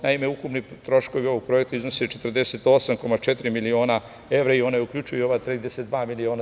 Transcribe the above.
Naime, ukupni troškovi ovog projekta iznose 48,4 miliona evra i oni uključuju ovih 32 miliona.